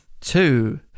two